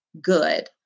good